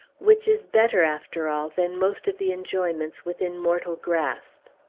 which is better, after all, than most of the enjoyments within mortal grasp.